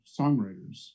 songwriters